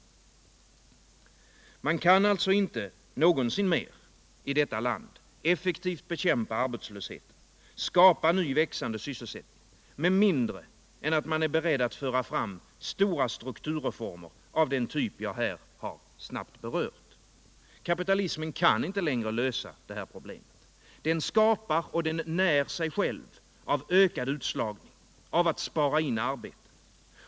Man kan inte någonsin mer i detta land effektivt bekämpa arbetslösheten, alltså skapa ny växande sysselsättning med mindre än att man är beredd att föra fram stora strukturreformer av den typ jag här snabbt har berört. Kapitalismen kan inte längre lösa problemet. Den skapar och när sig själv av ökad utslagning, av att spara in arbete.